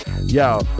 yo